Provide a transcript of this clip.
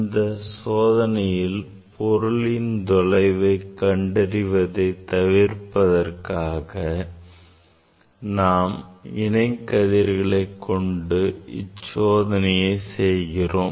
இந்த சோதனையில் பொருளின் தொலைவை கண்டறிவதை தவிர்ப்பதற்காக நாம் இணை கதிர்களை கொண்டு இச்சோதனை செய்கிறோம்